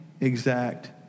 exact